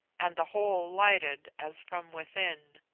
and the whole lighted as from within.